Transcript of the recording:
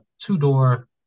two-door